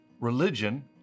religion